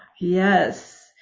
yes